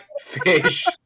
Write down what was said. fish